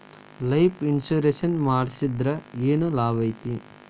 Life insurance ಮಾಡ್ಸಿದ್ರ ಏನ್ ಲಾಭೈತಿ?